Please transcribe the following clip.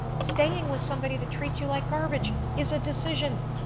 staying with somebody that treats you like garbage is a decision,